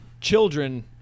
children